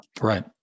Right